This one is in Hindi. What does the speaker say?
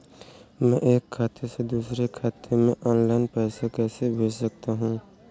मैं एक खाते से दूसरे खाते में ऑनलाइन पैसे कैसे भेज सकता हूँ?